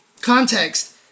context